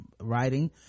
writing